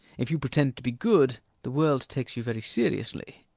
if you pretend to be good, the world takes you very seriously.